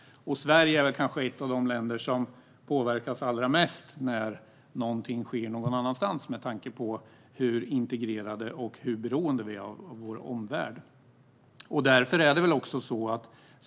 Sverige är kanske ett av de länder som påverkas allra mest när någonting sker någon annanstans, med tanke på hur integrerade och beroende vi är med och av vår omvärld.